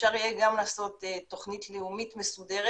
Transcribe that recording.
אפשר יהיה גם לעשות תוכנית לאומית מסודרת